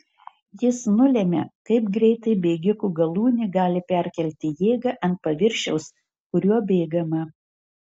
jis nulemia kaip greitai bėgiko galūnė gali perkelti jėgą ant paviršiaus kuriuo bėgama